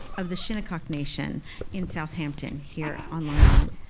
of the shinnecock nation in south hampton here on long island.